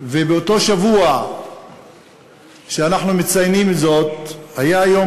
ובאותו שבוע שאנחנו מציינים זאת היה היום